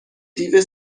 دیو